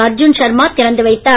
அர்ஜூன் சர்மா திறந்து வைத்தார்